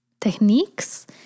techniques